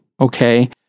okay